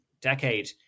decade